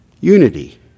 unity